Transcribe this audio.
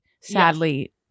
sadly